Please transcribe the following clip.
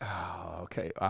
Okay